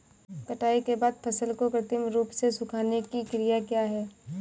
कटाई के बाद फसल को कृत्रिम रूप से सुखाने की क्रिया क्या है?